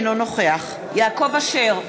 אינו נוכח יעקב אשר,